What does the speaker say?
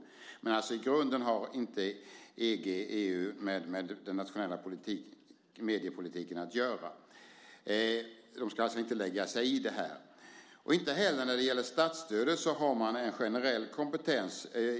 Men i grunden har inte EG och EU med den nationella mediepolitiken att göra. De ska alltså inte lägga sig i det här. Inte heller när det gäller statsstödet har man en generell kompetens.